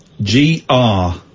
G-R